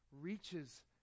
reaches